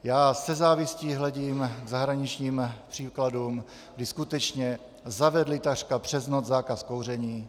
Já se závistí hledím k zahraničním příkladům, kdy skutečně zavedli takřka přes noc zákaz kouření.